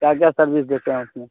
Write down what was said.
کیا کیا سروس دیتے ہیں اس میں